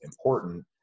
important